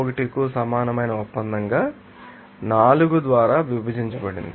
01 కు సమానమైన ఒప్పందంగా 4 ద్వారా విభజించబడింది